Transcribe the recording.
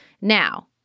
now